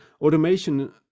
automation